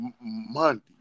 Monday